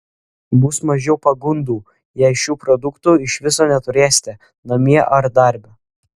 bus mažiau pagundų jei šių produktų iš viso neturėsite namie ar darbe